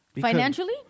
Financially